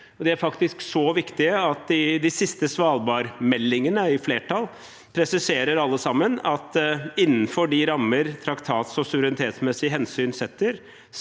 De er faktisk så viktige at de siste Svalbard-meldingene – i flertall – presiserer alle sammen at innenfor de rammer traktats- og suverenitetsmessige hensyn setter,